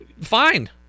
Fine